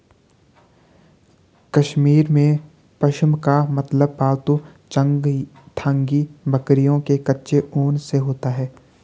कश्मीर में, पश्म का मतलब पालतू चंगथांगी बकरियों के कच्चे ऊन से होता है